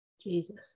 Jesus